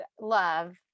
love